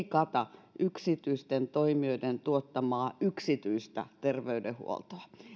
kata yksityisten toimijoiden tuottamaa yksityistä terveydenhuoltoa